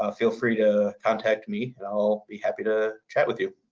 ah feel free to contact me and i'll be happy to chat with you.